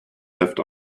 left